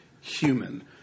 human